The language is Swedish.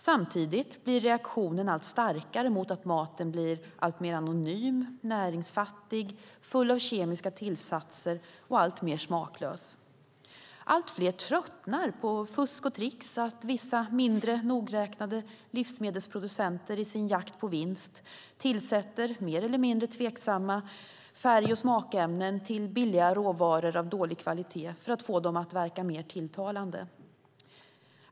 Samtidigt blir reaktionen allt starkare mot att maten blir alltmer anonym, näringsfattig och full av kemiska tillsatser och mer och mer smaklös. Allt fler tröttnar på fusk och tricks, på att vissa mindre nogräknade livsmedelsproducenter i sin jakt på vinst tillsätter mer eller mindre tveksamma färg och smakämnen till billiga råvaror av dålig kvalitet för att få dem att verka mer tilltalande.